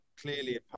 clearly